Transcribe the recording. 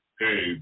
hey